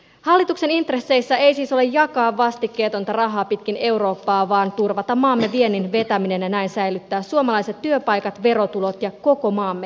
hallituksen intresseissä ei siis ole jakaa vastikkeetonta rahaa pitkin eurooppaa vaan turvata maamme viennin vetäminen ja näin säilyttää suomalaiset työpaikat verotulot ja koko maamme hyvinvointi